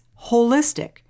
holistic